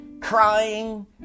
crying